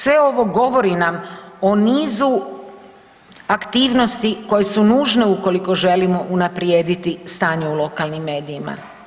Sve ovo govori nam o nizu aktivnosti koje su nužne ukoliko želimo unaprijediti stanje u lokalnim medijima.